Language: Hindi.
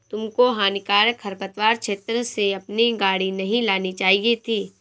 तुमको हानिकारक खरपतवार क्षेत्र से अपनी गाड़ी नहीं लानी चाहिए थी